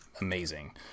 amazing